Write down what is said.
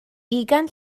ugain